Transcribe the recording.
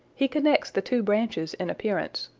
he connects the two branches in appearance,